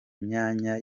myanya